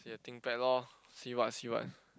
see the think back lor see what see what